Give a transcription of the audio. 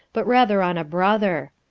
but rather on a brother.